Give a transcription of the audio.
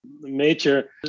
major